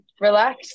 relax